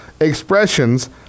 expressions